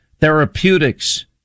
therapeutics